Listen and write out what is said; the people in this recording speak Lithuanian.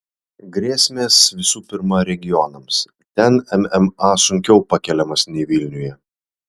grėsmės visų pirma regionams ten mma sunkiau pakeliamas nei vilniuje